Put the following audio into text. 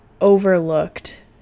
overlooked